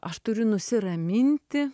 aš turiu nusiraminti